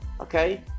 Okay